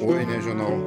oi nežinau